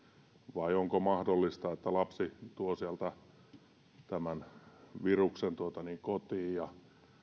vai onko mahdollista että lapsi tuo sieltä tämän viruksen kotiin ja